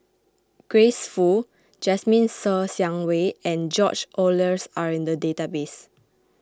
Grace Fu Jasmine Ser Xiang Wei and George Oehlers are in the database